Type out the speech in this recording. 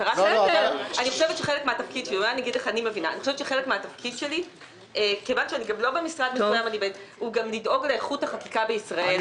אני חושבת שחלק מהתפקיד שלי הוא גם לדאוג לאיכות החקיקה בישראל.